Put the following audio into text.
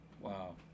Wow